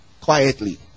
quietly